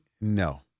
No